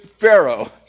Pharaoh